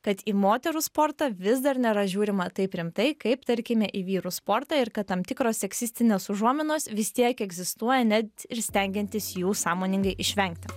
kad į moterų sportą vis dar nėra žiūrima taip rimtai kaip tarkime į vyrų sportą ir kad tam tikros seksistinės užuominos vis tiek egzistuoja net ir stengiantis jų sąmoningai išvengti